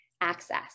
access